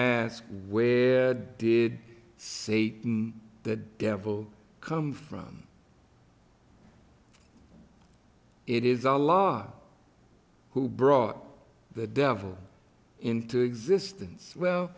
ask where did he say the devil come from it is the law who brought the devil into existence well